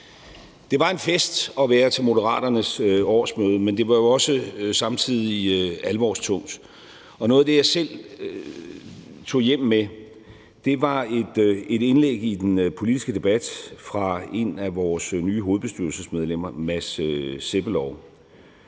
Det var en fest at være til Moderaternes årsmøde, men det var jo samtidig også alvorstungt, og noget af det, jeg selv tog hjem med, var et indlæg i den politiske debat fra et af vores nye hovedbestyrelsesmedlemmer, Mads Sebbelov,